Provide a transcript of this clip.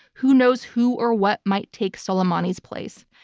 who knows who or what might take soleimani's place.